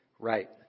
Right